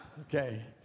Okay